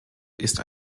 ist